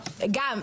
גם.